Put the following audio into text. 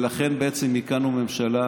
לכן בעצם הקמנו ממשלה,